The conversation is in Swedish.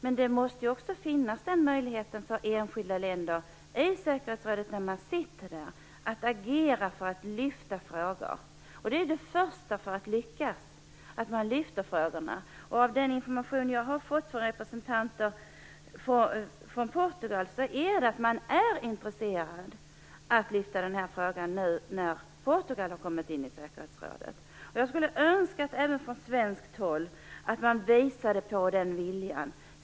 Men det måste också finnas möjlighet för enskilda länder som sitter i säkerhetsrådet att agera för att lyfta frågor. Den första förutsättningen för att lyckas är att man lyfter frågorna. Den information jag har fått av representanter från Portugal är att man är intresserad av att lyfta den här frågan nu, när Portugal har kommit in i säkerhetsrådet. Jag skulle önska att man även från svenskt håll visade den viljan.